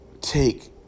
take